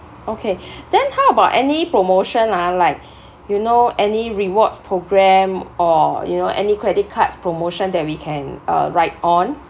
okay then how about any promotion ah like you know any rewards programme or you know any credit cards promotion that we can uh ride on